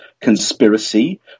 conspiracy